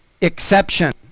exception